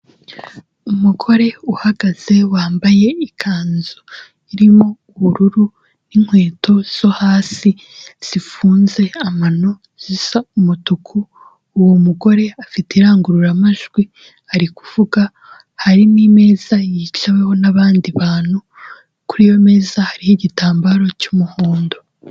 Umugore uhagaze wambaye ikanzu irimo ubururu n'inkweto zo hasi zifunze amano zisa umutuku, uwo mugore afite irangururamajwi ari kuvuga, hari n'imeza yiciweho n'abandi bantu, kuri iyo meza hariho igitambaro cy'umuhondo.